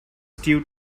stew